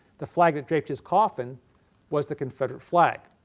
the flag that draped his coffin was the confederate flag.